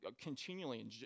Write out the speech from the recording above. continually